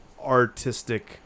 artistic